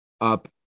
up